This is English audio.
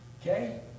Okay